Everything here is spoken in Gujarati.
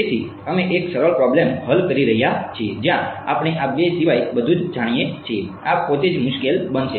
તેથી અમે એક સરળ પ્રોબ્લેમ હલ કરી રહ્યા છીએ જ્યાં આપણે આ બે સિવાય બધું જ જાણીએ છીએ આ પોતે જ મુશ્કેલ બનશે